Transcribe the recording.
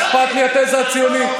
אכפת לי התזה הציונית.